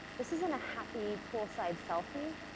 this isn't a happy poolside selfie.